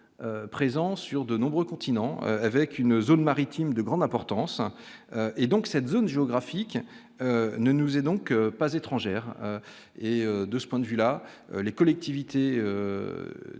présent sur de nombreux continents avec une zone maritime de grande importance et donc cette zone géographique ne nous et donc pas étrangère, et de ce point de vue-là les collectivités